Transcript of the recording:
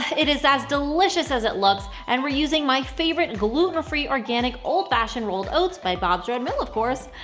it is as delicious as it looks and we're using my favorite gluten-free organic old fashioned rolled oats by bob's red mill of course.